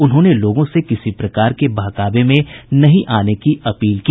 उन्होंने लोगों से किसी प्रकार के बहकावे में नहीं आने की अपील की